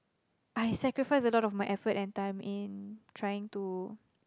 I sacrificed a lot of my effort and time in trying to